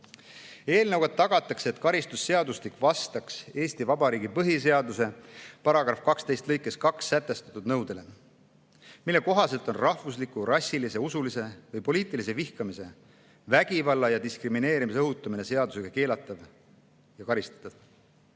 Eelnõuga tagatakse, et karistusseadustik vastab Eesti Vabariigi põhiseaduse § 12 lõikes 2 sätestatud nõudele, mille kohaselt on rahvusliku, rassilise, usulise või poliitilise vihkamise, vägivalla ja diskrimineerimise õhutamine seadusega keelatav ja karistatav.